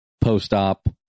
post-op